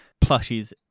plushies